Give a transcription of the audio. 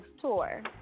tour